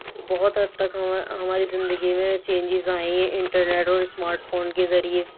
بہت حد تک ہم ہماری زندگی میں چینجیز آئیں انٹرنیٹ اور اسمارٹ فون کے ذریعہ